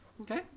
Okay